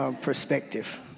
perspective